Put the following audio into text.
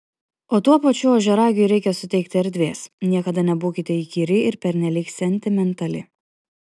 o tuo pačiu ožiaragiui reikia suteikti erdvės niekada nebūkite įkyri ir pernelyg sentimentali